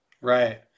right